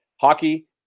Hockey